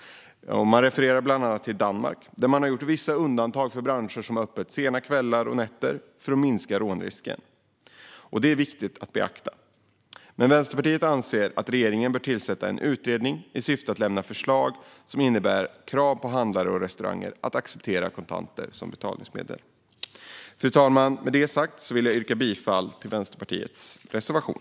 De refererar bland annat till Danmark där man gjort vissa undantag för branscher som har öppet sena kvällar och nätter, för att minska rånrisken. Det är viktigt att beakta. Vänsterpartiet anser att regeringen bör tillsätta en utredning i syfte att lämna förslag som innebär krav på handlare och restauranger att acceptera kontanter som betalningsmedel. Fru talman! Med det sagt vill jag yrka bifall till Vänsterpartiets reservation.